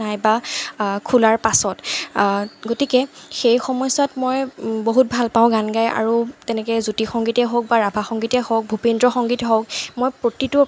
নাইবা খোলাৰ পাছত গতিকে সেই সময়ছোৱাত মই বহুত ভালপাওঁ গান গাই আৰু তেনেকৈ জ্যোতি সংগীতেই হওক বা ৰাভা সংগীতেই হওক ভূপেন্দ্ৰ সংগীত হওক